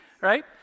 right